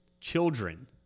Children